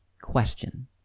question